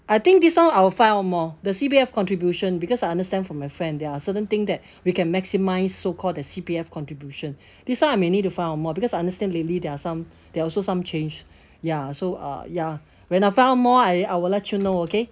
I think this [one] I'll find out more the C_P_F contribution because I understand from my friend there are certain thing that we can maximise so-called the C_P_F contribution this [one] I may need to find out more because I understand lately there are some there are also some change ya so uh ya when I find out more I I will let you know okay